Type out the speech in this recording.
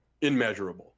immeasurable